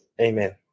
Amen